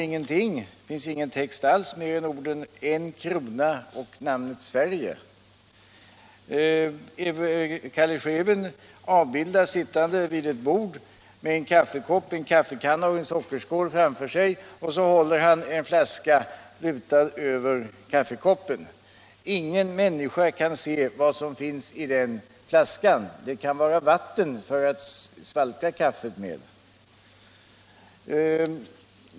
Det finns ingen text alls mer än ”1 krona” och ”Sverige”. Calle Schewen avbildas sittande vid ett bord med en kaffekopp, en kaffekanna och en sockerskål framför sig, och så håller han en flaska lutad över kaffekoppen. Ingen människa kan se vad som finns i den flaskan. Det kan vara vatten, att svalka kaffet med.